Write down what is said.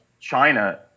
China